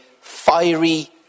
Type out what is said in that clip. fiery